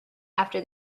after